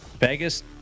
vegas